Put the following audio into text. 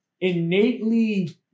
innately